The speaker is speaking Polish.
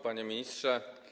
Panie Ministrze!